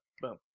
Boom